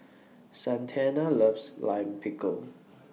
Santana loves Lime Pickle